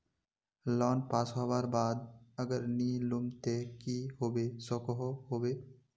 Loan pass होबार बाद अगर नी लुम ते की होबे सकोहो होबे?